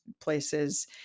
places